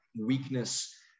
weakness